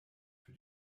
für